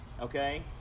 okay